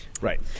Right